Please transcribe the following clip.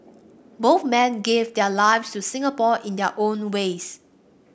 both men gave their lives to Singapore in their own ways